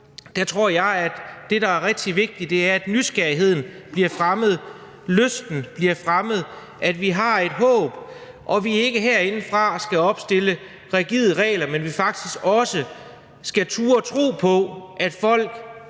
det her har på, er det rigtig vigtigt, at nysgerrigheden bliver fremmet, lysten bliver fremmet, at vi har et håb, og at vi ikke herindefra skal opstille rigide regler, men faktisk også skal turde tro på, at folk